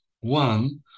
One